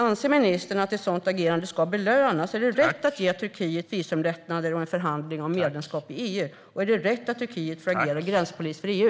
Anser ministern att ett sådant agerande ska belönas? Är det rätt att ge Turkiet visumlättnader och en förhandling om medlemskap i EU? Och är det rätt att Turkiet får agera gränspolis för EU?